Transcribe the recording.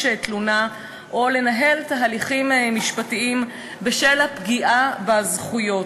תלונה או לנהל תהליכים משפטים בשל הפגיעה בזכויות,